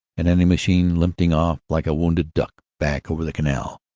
an enemy machine limping off like a wounded duck back over the canal.